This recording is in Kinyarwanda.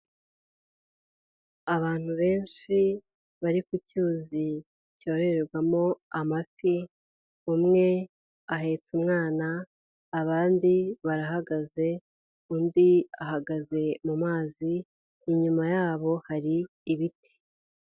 Abantu benshi bari ku cyuzi cyororwamo amafi, umwe ahetse umwana, abandi barahagaze, undi ahagaze mu mazi, inyuma yabo hari ibiti.